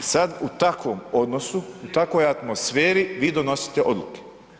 Eto sad u takvom odnosu, u takvoj atmosferi, vi donosite odluke.